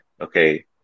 okay